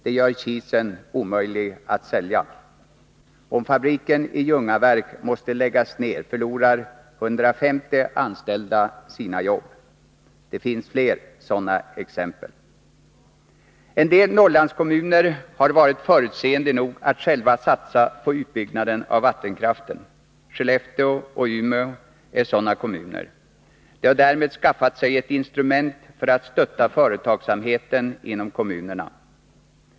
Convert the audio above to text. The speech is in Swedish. Det gör att det blir omöjligt att sälja kiseln. Om fabriken i Ljungaverk måste läggas ned, förlorar 150 anställda sina jobb. Det finns fler exempel av det slaget. En del Norrlandskommuner har varit förutseende nog att själva satsa på en utbyggnad av vattenkraften. Skellefteå och Umeå är sådana kommuner. De har därmed skaffat sig ett instrument för att stötta företagsamheten inom resp. kommun.